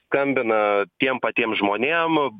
skambina tiem patiem žmonėm